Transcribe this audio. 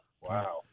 Wow